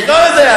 לא יודע.